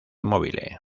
mobile